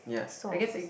songs